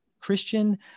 Christian